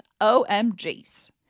OMGs